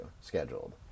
scheduled